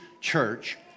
church